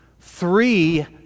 three